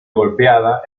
golpeada